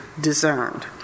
discerned